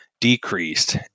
decreased